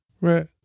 Right